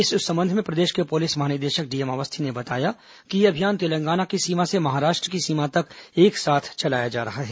इस संबंध में प्रदेश के पुलिस महानिदेशक डीएम अवस्थी ने बताया कि यह अभियान तेलंगाना की सीमा से महाराष्ट्र की सीमा तक एक साथ चलाया जा रहा है